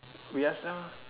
we ask now ah